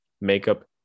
makeup